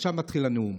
עכשיו מתחיל הנאום.